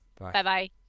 Bye-bye